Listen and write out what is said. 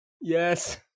Yes